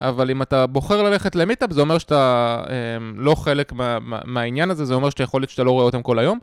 אבל אם אתה בוחר ללכת למיטאפ זה אומר שאתה לא חלק מהעניין הזה זה אומר שאתה יכול להיות שאתה לא רואה אותם כל היום